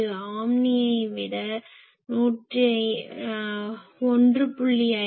இது ஆம்னியை விட 1